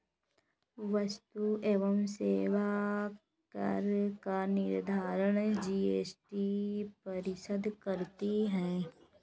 वस्तु एवं सेवा कर का निर्धारण जीएसटी परिषद करती है